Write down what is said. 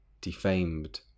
Defamed